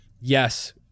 yes